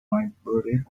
maybury